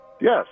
Yes